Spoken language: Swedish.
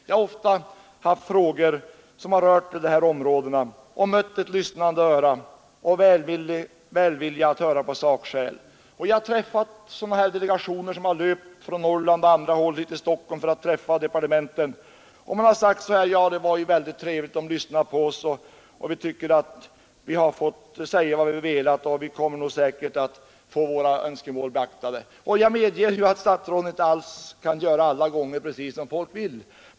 Det har ofta varit i frågor som har rört de här områdena, och de har då visat vilja att lyssna till sakskäl. Jag har också träffat delegationer som rest från Norrland och andra håll till Stockholm för att träffa företrädare för departementen. Man har sagt: ”Det var väldigt trevligt, de lyssnade på oss. Vi tycker att vi har fått framföra vad vi ville ha sagt. Vi kommer säkert att få våra önskemål beaktade.” Jag medger att statsråden inte alla gånger kan göra precis som folk vill.